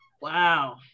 wow